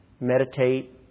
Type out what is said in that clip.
meditate